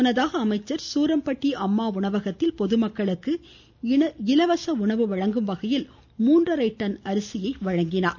முன்னதாக அமைச்சா் சூரம்பட்டி அம்மா உணவகத்தில் பொதுமக்களுக்கு இலவச உணவு வழங்க முன்றரை டன் அரிசி வழங்கினார்